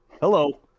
Hello